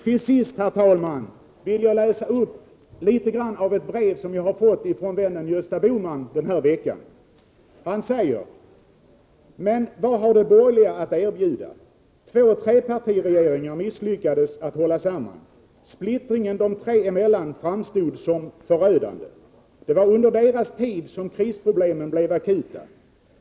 Till sist, herr talman, vill jag läsa upp några rader ur ett brev som jag fått från vännen Gösta Bohman den här veckan. Han skriver: ”Men vad har de borgerliga att erbjuda? Två trepartiregeringar misslyckades att hålla samman. Splittringen de tre emellan framstod som förödande. Det var under deras tid som krisproblemen blev akuta.